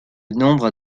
nombre